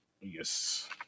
Yes